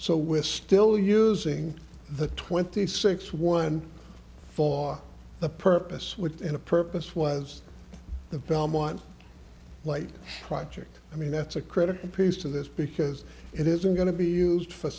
so we're still using the twenty six one for the purpose with a purpose was the belmont light project i mean that's a critical piece to this because it isn't going to be used for